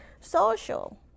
social